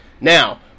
Now